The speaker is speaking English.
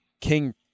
King